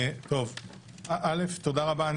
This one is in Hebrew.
תודה רבה.